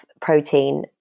protein